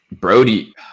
Brody